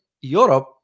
Europe